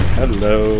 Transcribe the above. hello